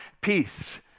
peace